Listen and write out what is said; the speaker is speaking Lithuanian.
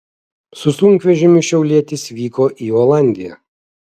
su sunkvežimiu šiaulietis vyko į olandiją